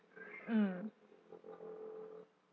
mm